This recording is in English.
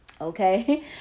Okay